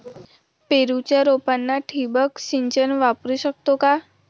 पेरूच्या रोपांना ठिबक सिंचन वापरू शकतो का?